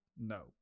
No